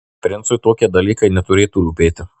princui tokie dalykai neturėtų rūpėti